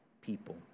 people